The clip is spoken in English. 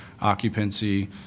occupancy